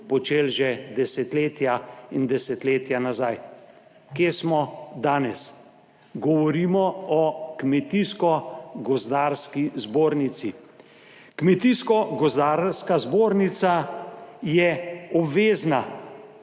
počeli že desetletja in desetletja nazaj. Kje smo danes? Govorimo o Kmetijsko gozdarski zbornici. Kmetijsko gozdarska zbornica je obvezna